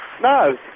No